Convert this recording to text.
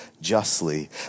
justly